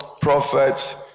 prophets